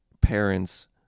parents